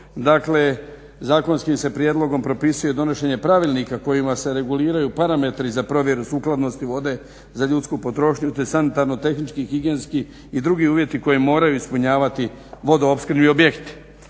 Dakle, zakonskim se prijedlogom propisuje donošenje pravilnika kojima se reguliraju parametri za provjeru sukladnosti vode za ljudsku potrošnju te sanitarno tehnički, higijenski i drugi uvjeti koje moraju ispunjavati vodoopskrbni objekti.